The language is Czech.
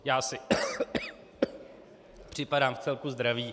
Já si... ... připadám vcelku zdravý.